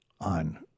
on